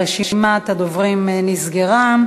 רשימת הדוברים נסגרה.